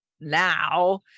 now